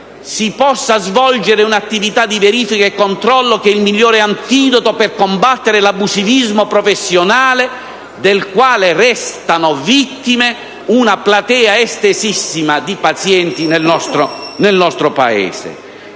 si possa svolgere un'attività di verifica e controllo che è il migliore antidoto per combattere l'abusivismo professionale, del quale resta vittima una platea estesissima di pazienti nel nostro Paese.